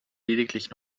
lediglich